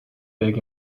big